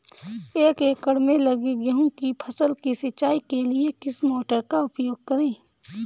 एक एकड़ में लगी गेहूँ की फसल की सिंचाई के लिए किस मोटर का उपयोग करें?